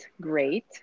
great